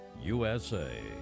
USA